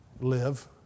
live